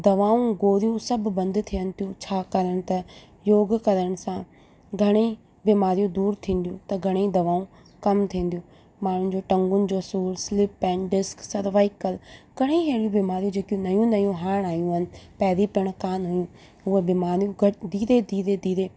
दवाऊं गोरियूं सभु बंदि थियनि थियूं छाकाणि त योग करण सां घणेई बीमारियूं दूरि थींदियूं त घणेई दवाऊं कमु थींदियूं माण्हुनि जूं टंगुनि जो सूरु सिल्प पेनडिस्क सर्वाइकल घणेई अहिड़ियूं बीमारियूं जेकियूं नयूं नयूं हाणे आयूं आहिनि पहिरीं पिण कोन हुयूं उहे बीमारियूं गॾु धीरे धीरे धीरे